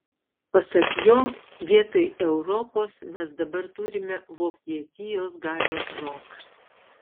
pasak jo vietoj europos mes dabar turime vokietijos galios zoną